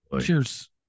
Cheers